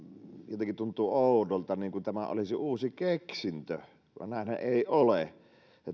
jotenkin tuntuu oudolta että tämä olisi uusi keksintö vaan näinhän ei ole